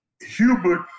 Hubert